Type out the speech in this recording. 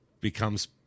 becomes